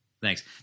thanks